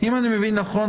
אם אני מבין נכון,